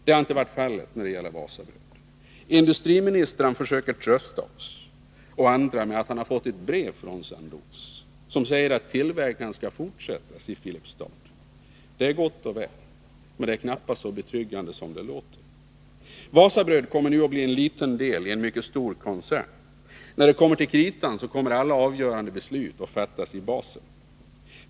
Så har inte varit fallet med Wasabröd. Industriministern försöker trösta oss och andra med att han fått ett brev från Sandoz, som säger att tillverkningen skall fortsätta i Filipstad. Det är gott och väl, men är knappast så betryggande som det låter. Wasabröd kommer nu att bli en liten del i en mycket stor koncern. När det kommer till kritan kommer alla avgörande beslut att fattas i Basel.